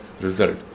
result